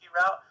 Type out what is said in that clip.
route